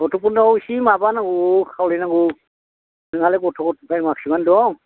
गथ'फोरनाव इसि माबा नांगौ खावलायनांगौ नोंहालाय गथ' गथाय मासिबां दं